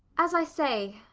as i say,